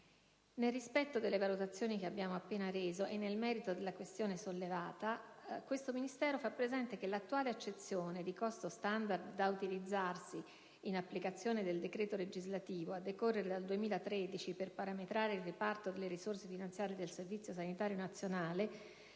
Nel rispetto delle valutazioni che abbiamo appena reso e nel merito della questione sollevata, questo Ministero fa presente che l'attuale accezione di costo standard da utilizzarsi, in applicazione del predetto decreto legislativo, a decorrere dal 2013 per parametrare il riparto delle risorse finanziane del Servizio sanitario nazionale